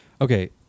Okay